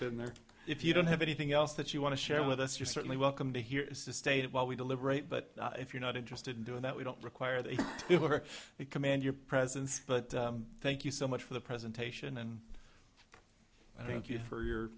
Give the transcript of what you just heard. been there if you don't have anything else that you want to share with us you're certainly welcome to here is the stated while we deliberate but if you're not interested in doing that we don't require that you are a command your presence but thank you so much for the presentation and i thank you for your